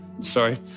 Sorry